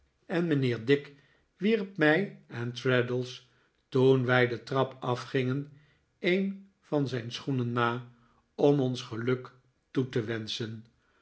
en mijnheer dick wierp mij en traddles toen wij de trap afgingen een van zijn schoenen na om ons geluk toe te wenschen